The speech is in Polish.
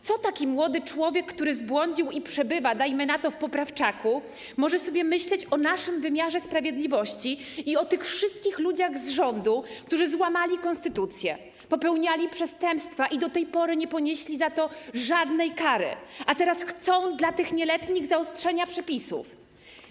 Co taki młody człowiek, który zbłądził i przebywa, dajmy na to, w poprawczaku, może sobie myśleć o naszym wymiarze sprawiedliwości i o tych wszystkich ludziach z rządu, którzy złamali konstytucję, popełniali przestępstwa i do tej pory nie ponieśli za to żadnej kary, a teraz chcą zaostrzenia przepisów dla tych nieletnich?